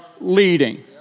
leading